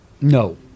No